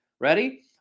Ready